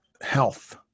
health